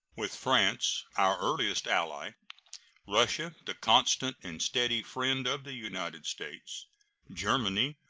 with france, our earliest ally russia, the constant and steady friend of the united states germany,